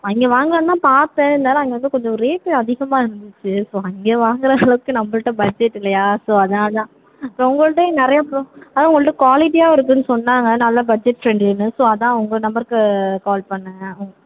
அங்கே வாங்கலான்னு தான் பார்த்தேன் இருந்தாலும் அங்கே வந்து கொஞ்சம் ரேட்டு அதிகமாக இருந்துச்சு ஸோ அங்கே வாங்குகிற அளவுக்கு நம்மள்ட்ட பஜ்ஜட் இல்லையா ஸோ அதனால தான் இப்போ உங்கள்கிட்டையும் நிறையா அப்றம் ஆனால் உங்கள்கிட்ட குவாலிட்டியாகவும் இருக்குதுன்னு சொன்னாங்க நல்லா பஜ்ஜட் ஃப்ரெண்ட்லினு ஸோ அதுதான் உங்கள் நம்பருக்கு கால் பண்ணேன்